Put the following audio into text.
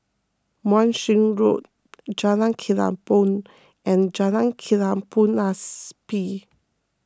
Wan Shih Road Jalan Kelempong and Jalan Kelabu Asap